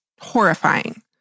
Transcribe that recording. horrifying